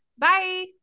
Bye